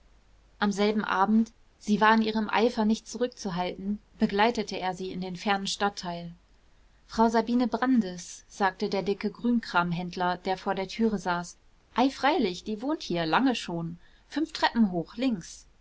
am selben abend sie war in ihrem eifer nicht zurückzuhalten begleitete er sie in den fernen stadtteil frau sabine brandis sagte der dicke grünkramhändler der vor der türe saß ei freilich die wohnt hier lange schon fünf treppen hoch links